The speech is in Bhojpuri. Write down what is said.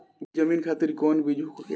उपरी जमीन खातिर कौन बीज होखे?